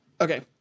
Okay